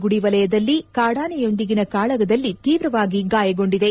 ಗುಡಿ ವಲಯದಲ್ಲಿ ಕಾಡಾನೆಯೊಂದಿಗಿನ ಕಾಳಗದಲ್ಲಿ ತೀವ್ರವಾಗಿ ಗಾಯಗೊಂಡಿದೆ